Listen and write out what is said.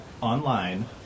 online